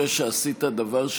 תתייחס מדוע לא יוקם בישראל,